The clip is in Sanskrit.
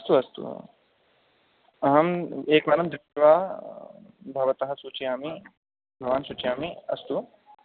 अस्तु अस्तु अहम् एकवारं दृष्ट्वा भवतः सूचयामि भवान् सूचयामि अस्तु